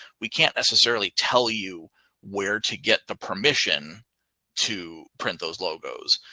we can't necessarily tell you where to get the permission to print those logos.